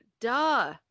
Duh